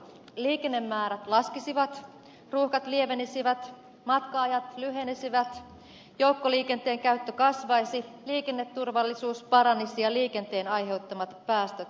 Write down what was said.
liikennemäärät laskisivat ruuhkat lievenisivät matka ajat lyhenisivät joukkoliikenteen käyttö kasvaisi liikenneturvallisuus paranisi ja liikenteen aiheuttamat päästöt vähenisivät